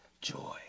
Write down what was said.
joy